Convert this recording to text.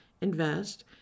invest